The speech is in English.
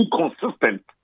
inconsistent